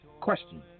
question